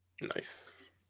Nice